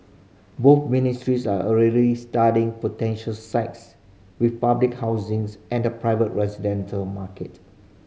both ministries are already studying potential sites with public housings and the private residential market